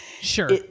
Sure